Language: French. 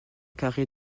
carré